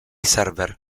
server